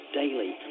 daily